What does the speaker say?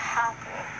happy